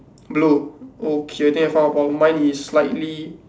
blue okay I think I found a problem mine is slightly